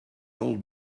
old